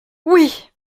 oui